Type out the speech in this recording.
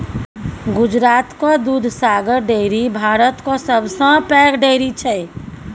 गुजरातक दुधसागर डेयरी भारतक सबसँ पैघ डेयरी छै